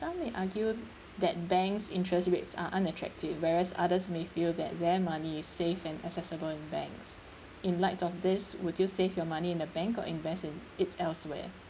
some may argue that banks interest rates are unattractive whereas others may feel that their money safe and accessible in banks in light of this would you save your money in the bank or invest in it elsewhere